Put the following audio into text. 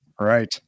Right